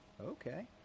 Okay